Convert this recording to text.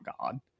God